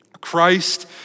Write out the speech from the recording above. Christ